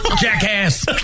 Jackass